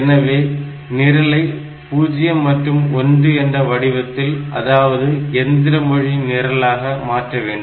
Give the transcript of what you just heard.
எனவே நிரலை 0 மற்றும் 1 என்ற வடிவத்தில் அதாவது எந்திர மொழி நிரலாக மாற்ற வேண்டும்